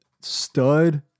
stud